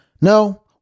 No